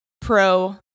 Pro